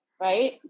right